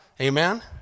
Amen